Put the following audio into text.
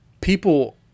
people